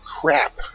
crap